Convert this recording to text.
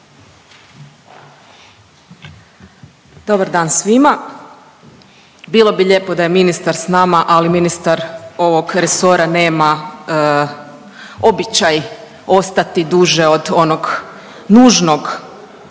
Dobar dan svima. Bilo bi lijepo da je ministar s nama, ali ministar ovog resora nema običaj ostati duže od onog nužnog